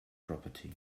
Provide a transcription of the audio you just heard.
property